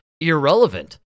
irrelevant